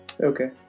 okay